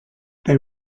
they